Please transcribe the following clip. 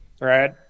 right